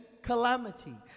calamity